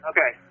Okay